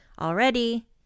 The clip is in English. already